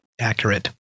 Accurate